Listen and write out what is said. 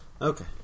Okay